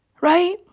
Right